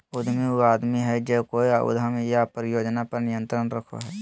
उद्यमी उ आदमी हइ जे कोय उद्यम या परियोजना पर नियंत्रण रखो हइ